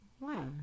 wow